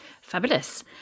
Fabulous